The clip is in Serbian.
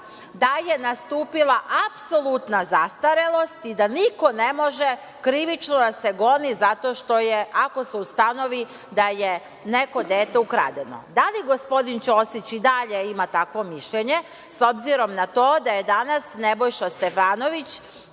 da je nastupila apsolutna zastarelost i da niko ne može krivično da se goni ako se ustanovi da je neko dete ukradeno. Da li gospodin Ćosić i dalje ima takvo mišljenje, s obzirom na to da je danas Nebojša Stefanović